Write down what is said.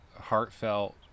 heartfelt